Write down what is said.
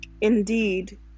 Indeed